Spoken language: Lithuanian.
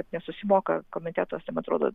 kad nesusimoka komitetas ten man atrodo